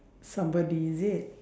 somebody is it